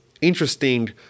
interesting